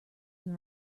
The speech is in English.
than